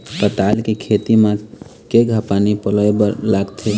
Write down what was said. पताल के खेती म केघा पानी पलोए बर लागथे?